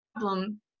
problem